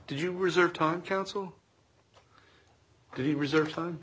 did you reserve time counsel did you reserve time